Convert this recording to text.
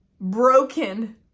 broken